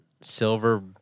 Silver